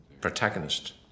protagonist